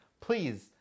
please